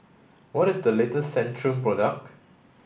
what is the latest Centrum product